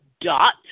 dot